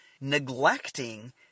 neglecting